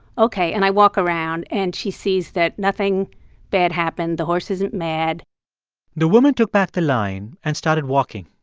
ok. and i walk around and she sees that nothing bad happened. the horse isn't mad the woman took back the line and started walking.